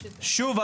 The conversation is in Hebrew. שוב,